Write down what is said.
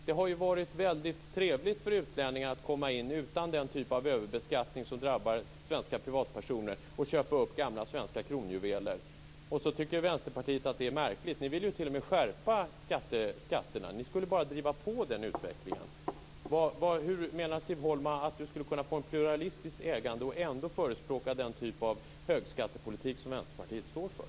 Det har varit väldigt trevligt för utlänningar att komma in utan den typ av överbeskattning som drabbar svenska privatpersoner och köpa ut gamla svenska kronjuveler. Vänsterpartiet tycker att utvecklingen är märklig men vill t.o.m. skärpa skatterna. Ni skulle alltså vilja driva på den här utvecklingen. Hur menar Siv Holma att vi skulle kunna få ett pluralistiskt ägande med förespråkande av den typ av högskattepolitik som Vänsterpartiet står för?